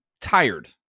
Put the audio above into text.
tired